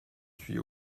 suis